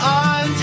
on